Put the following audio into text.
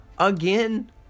Again